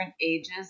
ages